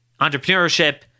entrepreneurship